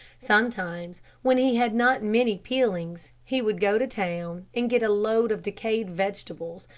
sometimes, when he had not many peelings, he would go to town and get a load of decayed vegetables,